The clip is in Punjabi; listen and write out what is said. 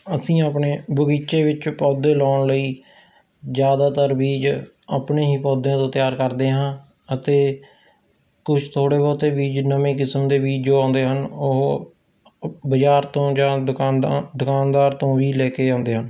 ਅਸੀਂ ਆਪਣੇ ਬਗ਼ੀਚੇ ਵਿੱਚ ਪੌਦੇ ਲਾਉਣ ਲਈ ਜ਼ਿਆਦਾਤਰ ਬੀਜ ਆਪਣੇ ਹੀ ਪੌਦਿਆਂ ਤੋਂ ਤਿਆਰ ਕਰਦੇ ਹਾਂ ਅਤੇ ਕੁਛ ਥੋੜ੍ਹੇ ਬਹੁਤ ਬੀਜ ਨਵੇਂ ਕਿਸਮ ਦੇ ਬੀਜ ਜੋ ਆਉਂਦੇ ਹਨ ਉਹ ਬਜ਼ਾਰ ਤੋਂ ਜਾਂ ਦੁਕਾਨਦਾਰ ਦੁਕਾਨਦਾਰ ਤੋਂ ਵੀ ਲੈ ਕੇ ਆਉਂਦੇ ਹਨ